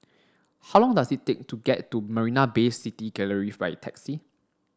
how long does it take to get to Marina Bay City Gallery by taxi